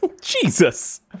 Jesus